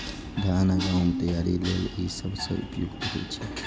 धान आ गहूम तैयारी लेल ई सबसं उपयुक्त होइ छै